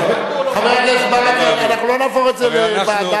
חבר הכנסת ברכה, אנחנו לא נהפוך את זה לוועדה.